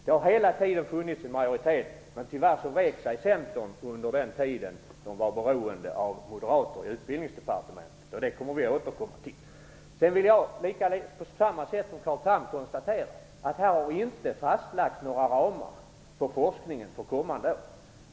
Det har hela tiden funnits en majoritet för detta, men tyvärr vek sig centern under den tid när den var beroende av det moderata utbildningsdepartementet. Vi ämnar återkomma till detta. Vidare vill jag på samma sätt som Carl Tham konstatera att det här inte har fastlagts några ramar för forskningen för kommande år.